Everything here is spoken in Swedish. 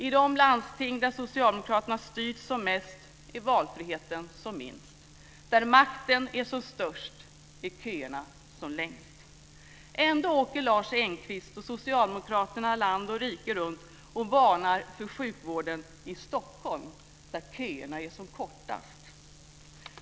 I de landsting där socialdemokraterna har styrt som mest är valfriheten som minst. Där makten är som störst är köerna som längst. Ändå åker Lars Engqvist och socialdemokraterna land och rike runt och varnar för sjukvården i Stockholm, där köerna är som kortast.